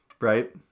Right